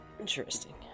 Interesting